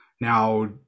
Now